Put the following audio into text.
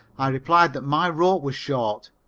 i replied that my rope was short.